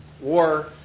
war